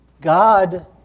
God